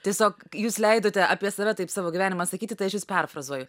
tiesiog jūs leidote apie save taip savo gyvenimą sakyti tai aš jus perfrazuoju